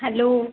hello